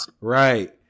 Right